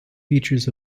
features